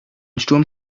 sturm